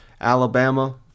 Alabama